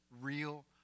real